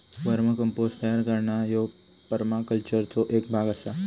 वर्म compost तयार करणा ह्यो परमाकल्चरचो एक भाग आसा